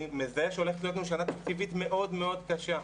אני מזהה שהולכת להיות לנו שנה תקציבית מאוד מאוד קשה.